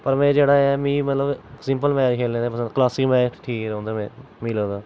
पर में जेह्ड़ा ऐ मि मतलब सिंपल मैच खेलने दा पसंद क्लासिक मैच ठीक रौंह्दा मी लगदा